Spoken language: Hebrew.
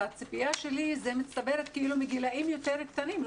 הציפייה שלי זה מצטברת מגילאים יותר קטנים,